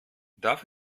darf